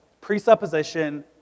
presupposition